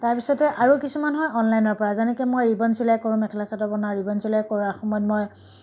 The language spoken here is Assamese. তাৰ পিছতে আৰু কিছুমান হয় অনলাইনৰ পৰা যেনেকৈ মই ৰিবন চিলাই কৰোঁ মেখেলা চাদৰ বনাওঁ ৰিবন চিলাই কৰাৰ সময়ত মই